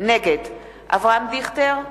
נגד אברהם דיכטר,